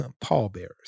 pallbearers